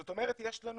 זאת אומרת יש לנו